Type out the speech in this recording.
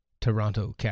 Toronto